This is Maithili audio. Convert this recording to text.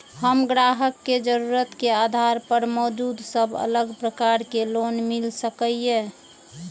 हम ग्राहक के जरुरत के आधार पर मौजूद सब अलग प्रकार के लोन मिल सकये?